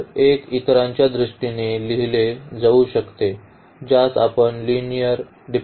तर 1 इतरांच्या दृष्टीने लिहिले जाऊ शकते ज्यास आपण लिनिअर डिपेन्डेन्स म्हणतो